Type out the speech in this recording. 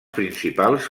principals